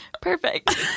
Perfect